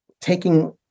Taking